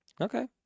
Okay